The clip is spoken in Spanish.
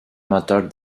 motor